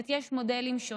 זאת אומרת, יש מודלים שונים.